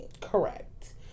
Correct